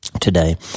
today